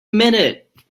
minute